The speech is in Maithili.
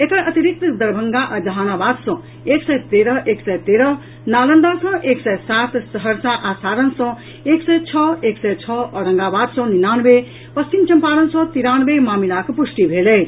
एकर अतिरिक्त दरभंगा आ जहानाबाद सँ एक सय तेरह एक सय तेरह नालंदा सँ एक सय सात सहरसा आ सारण सँ एक सय छओ एक सय छओ औरंगाबाद सँ निनानवे पश्चिम चम्पारण सँ तिरानवे मामिलाक पुष्टि भेल अछि